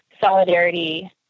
solidarity